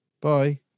bye